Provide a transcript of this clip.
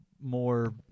more